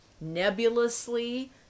nebulously